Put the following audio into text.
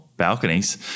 balconies